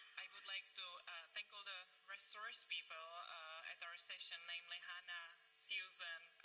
i would like to thank all the resource people at our session, namely hannah, susan,